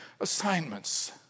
assignments